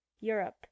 Europe